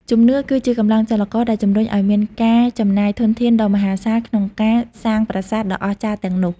ជំនឿគឺជាកម្លាំងចលករដែលជំរុញឱ្យមានការចំណាយធនធានដ៏មហាសាលក្នុងការកសាងប្រាសាទដ៏អស្ចារ្យទាំងនោះ។